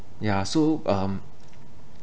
ya so um